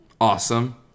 Awesome